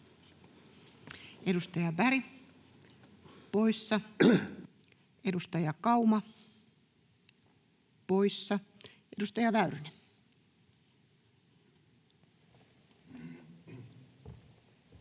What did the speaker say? Edustaja Berg poissa, edustaja Kauma poissa. — Edustaja Väyrynen.